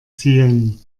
ziehen